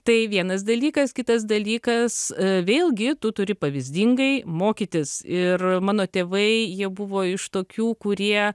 tai vienas dalykas kitas dalykas vėlgi tu turi pavyzdingai mokytis ir mano tėvai jie buvo iš tokių kurie